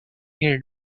here